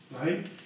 Right